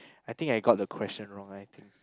I think I got the question wrong I think